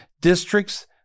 districts